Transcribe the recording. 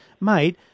mate